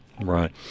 Right